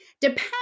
depends